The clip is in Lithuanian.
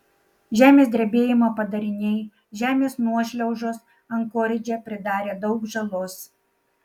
žemės drebėjimo padariniai žemės nuošliaužos ankoridže pridarė daug žalos